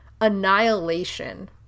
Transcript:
Annihilation